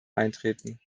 eintreten